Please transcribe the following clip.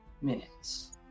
minutes